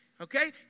Okay